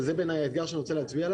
וזה בעיניי האתגר שאני רוצה להציע,